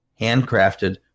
handcrafted